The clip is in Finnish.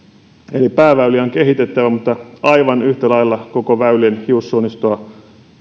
eli pääväyliä on kehitettävä mutta aivan yhtä lailla koko väylien hiussuonistosta